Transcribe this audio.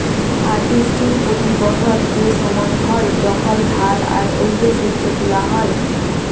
harvesting পতি বসর সে সময় হ্যয় যখল ধাল বা অল্য শস্য তুলা হ্যয়